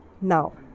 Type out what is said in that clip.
Now